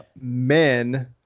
Men